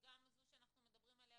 גם זו שאנחנו מדברים עליה,